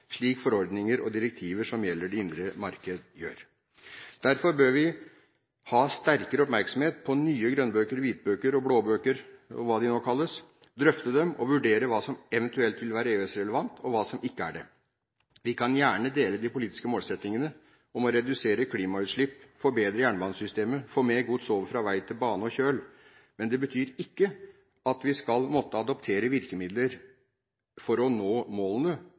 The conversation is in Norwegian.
slik forordninger og direktiver som gjelder det indre marked gjør. Derfor bør vi være mer oppmerksomme på nye grønnbøker og hvitbøker og blåbøker og hva de nå kalles, drøfte dem og vurdere hva som eventuelt vil være EØS-relevant, og hva som ikke er det. Vi kan gjerne dele de politiske målsettingene om å redusere klimautslipp, forbedre jernbanesystemet og få mer gods over fra vei til bane og kjøl. Men det betyr ikke at vi skal måtte adoptere virkemidler for å nå målene,